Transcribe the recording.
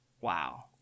Wow